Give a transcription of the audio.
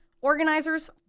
organizers